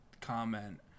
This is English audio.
comment